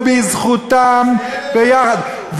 ובזכותם ביחד,